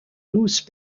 douce